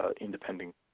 independent